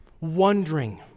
wondering